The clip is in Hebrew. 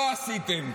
לא עשיתם.